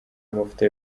amavuta